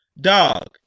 Dog